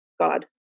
God